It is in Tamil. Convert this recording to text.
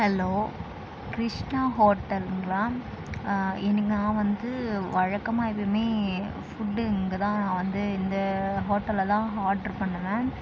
ஹலோ கிருஷ்ணா ஹோட்டலுங்களா ஈவினிங்காக வந்து வழக்கமாக எப்பயுமே ஃபுட்டு இங்கே தான் வந்து இந்த ஹோட்டலில் தான் ஆர்டரு பண்ணுவேன்